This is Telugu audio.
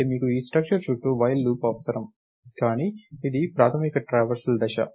కాబట్టి మీకు ఈ స్ట్రక్చర్ చుట్టూ వైల్ లూప్ అవసరం కానీ ఇది ప్రాథమిక ట్రావర్సల్ దశ